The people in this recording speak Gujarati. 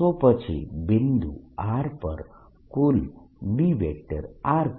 તો પછી બિંદુ r પર કુલ B04πI dl × r